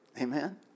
Amen